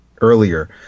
earlier